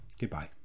Goodbye